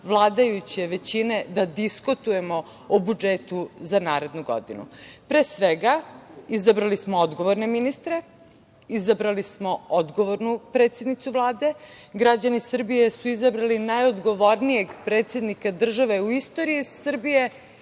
vladajuće većine da diskutujemo o budžetu za narednu godinu. Pre svega, izabrali smo odgovorne ministre, izabrali smo odgovornu predsednicu Vlade, građani Srbije su izabrali najodgovornijeg predsednika države u istoriji Srbije